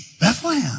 Bethlehem